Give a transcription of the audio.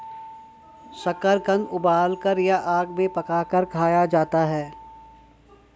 शकरकंद उबालकर या आग में पकाकर खाया जाता है